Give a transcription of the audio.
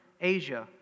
Asia